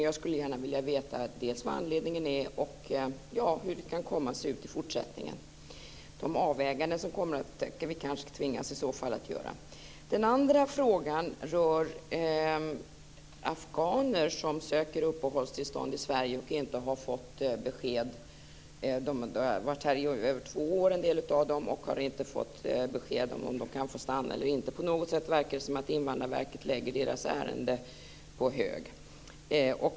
Jag skulle gärna vilja veta dels vilken anledningen är, dels hur det kan komma att se ut i fortsättningen, vilka avväganden som vi kanske tvingas att göra. Den andra frågan rör afghaner som söker uppehållstillstånd i Sverige och inte har fått besked. En del av dem har varit här i över två år och har inte fått besked om de kan få stanna eller inte. På något sätt verkar det som om Invandrarverket lägger deras ärenden på hög.